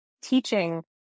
teaching